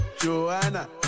Joanna